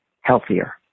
healthier